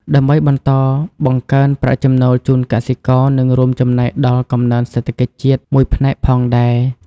ដើម្បីបន្តបង្កើនប្រាក់ចំណូលជូនកសិករ និងរួមចំណែកដល់កំណើនសេដ្ឋកិច្ចជាតិមួយផ្នែកផងដែរ។